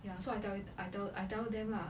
ya so I tell I tell I tell them lah